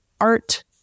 art